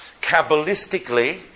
Kabbalistically